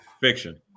fiction